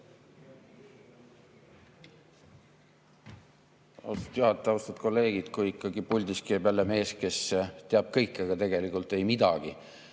Austatud kolleegid! Kui ikkagi puldis käib jälle mees, kes teab kõike, aga tegelikult ei midagi,